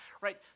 right